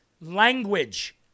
language